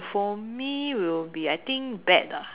for me will be I think bat ah